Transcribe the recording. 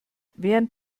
während